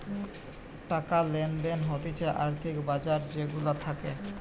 টাকা লেনদেন হতিছে আর্থিক বাজার যে গুলা থাকে